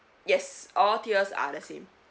yes all tiers are the same